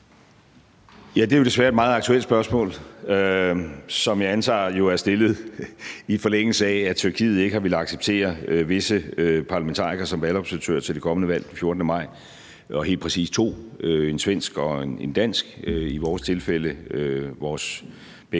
Det er jo desværre et meget aktuelt spørgsmål, som jeg jo antager er stillet, i forlængelse af at Tyrkiet ikke har villet acceptere visse parlamentarikere som valgobservatører til det kommende valg den 14. maj, helt præcist to, en svensk og en dansk valgobservatør, i vores tilfælde vores begges